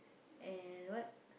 and what